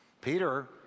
Peter